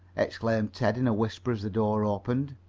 exclaimed ted in a whisper as the door opened.